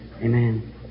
Amen